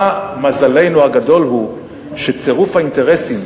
מזלנו הגדול הוא שצירוף האינטרסים,